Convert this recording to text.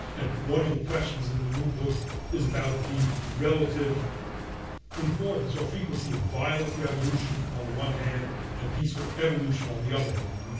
and one of the questions in the new book is about the relative importance or frequency of violent revolution on the one hand and peaceful evolution on the other hand.